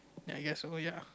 ya I guess so ya